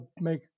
make